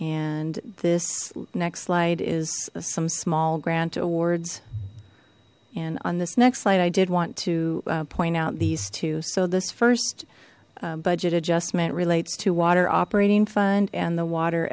and this next slide is some small grant awards and on this next slide i did want to point out these two so this first budget adjustment relates to water operating fund and the water